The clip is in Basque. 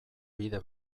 bide